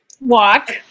Walk